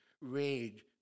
rage